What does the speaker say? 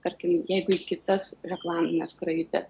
tarkim jeigu kitas reklamines skrajutes